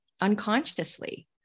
unconsciously